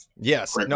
Yes